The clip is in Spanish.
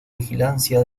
vigilancia